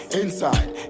inside